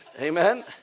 amen